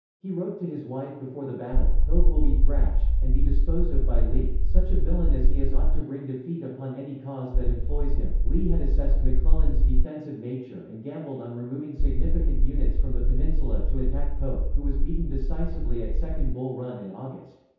he wrote to his wife before the battle, pope will be thrashed. and be disposed of by lee. such a villain as he is ought to bring defeat upon any cause that employs him. lee had assessed mcclellan's defensive nature and gambled on removing significant units from the peninsula to attack pope, who was beaten decisively at second bull run in august.